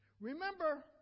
Remember